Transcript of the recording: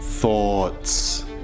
Thoughts